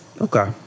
Okay